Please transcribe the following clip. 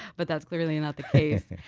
but that's clearly not the case.